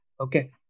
Okay